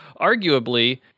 arguably